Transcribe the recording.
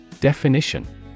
Definition